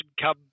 come